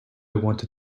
wanted